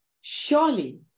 surely